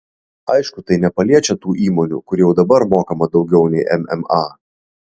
aišku tai nepaliečia tų įmonių kur jau dabar mokama daugiau nei mma